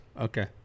Okay